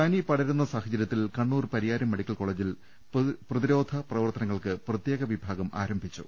പനി പടരുന്ന സാഹചര്യത്തിൽ കണ്ണൂർ പരിയാരം മെഡിക്കൽ കോളേജിൽ പ്രതിരോധ പ്രവർത്തനങ്ങൾക്ക് പ്രത്യേക വിഭാഗം ആരംഭി ച്ചു